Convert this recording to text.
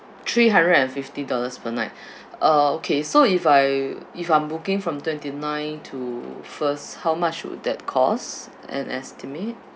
three hundred and fifty dollars per night uh okay so if I if I'm booking from twenty nine to first how much would that cost an estimate